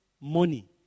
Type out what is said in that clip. money